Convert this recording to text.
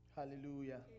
Hallelujah